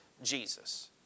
Jesus